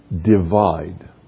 divide